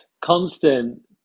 constant